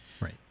Right